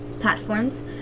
platforms